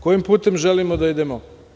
Kojim putem želimo da idemo?